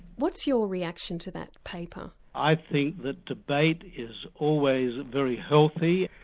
what's your reaction to that paper? i think that debate is always very healthy,